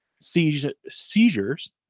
seizures